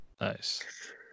Nice